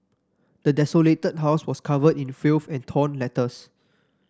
the desolated house was covered in filth and torn letters